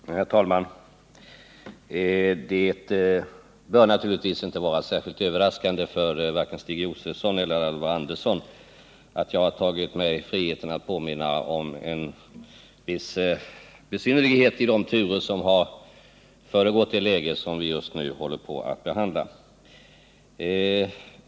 Herr talman! Det bör naturligtvis inte vara särskilt överraskande för vare sig Stig Josefson eller Alvar Andersson att jag har tagit mig friheten att påminna om en viss besynnerlighet i de turer som har föregått det läge som vi just nu behandlar.